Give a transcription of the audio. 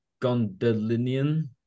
gondolinian